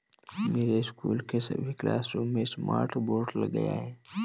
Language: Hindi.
मेरे स्कूल के सभी क्लासरूम में स्मार्ट बोर्ड लग गए हैं